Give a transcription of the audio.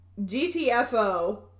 GTFO